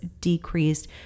decreased